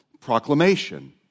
proclamation